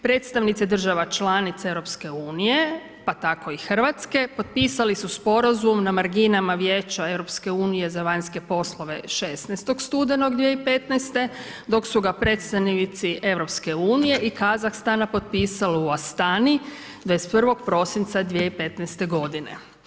Predstavnici država članica EU, pa tako i Hrvatske potpisali su sporazum na marginama Vijeća EU za vanjske poslove 16. studenog 2015. dok su ga predstavnici Europske unije i Kazahstana potpisali u Astani 21. prosinca 2015. godine.